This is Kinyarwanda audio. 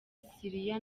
syria